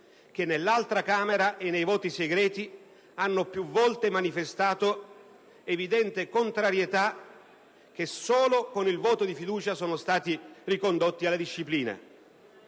che nell'altra Camera e nelle votazioni a scrutinio segreto hanno più volte manifestato evidente contrarietà e solo con il voto di fiducia sono stati ricondotti alla disciplina.